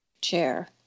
chair